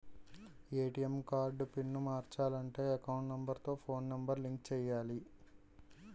ATM card pin మార్చాలంటే account number తో phone number link చేయాలి